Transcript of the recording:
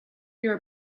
your